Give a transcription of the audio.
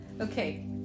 Okay